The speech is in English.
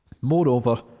Moreover